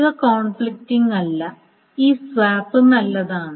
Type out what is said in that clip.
ഇവ കോൺഫ്ലിക്റ്റിംഗ് അല്ല ഈ സ്വാപ്പ് നല്ലതാണ്